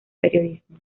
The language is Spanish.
periodismo